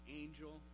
angel